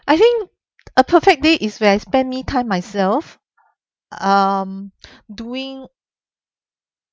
I think a perfect day is when I spend me time myself um doing